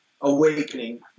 awakening